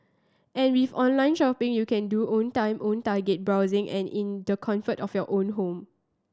and with online shopping you can do own time own target browsing and in the comfort of your own home